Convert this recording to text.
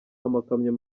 amakamyo